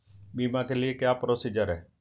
बीमा के लिए क्या क्या प्रोसीजर है?